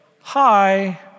hi